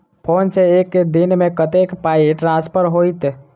Phone सँ एक दिनमे कतेक पाई ट्रान्सफर होइत?